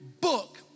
book